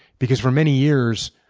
because for many years,